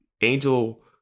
Angel